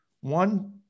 one